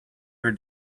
her